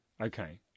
Okay